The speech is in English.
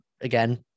again